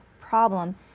problem